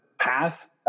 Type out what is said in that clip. path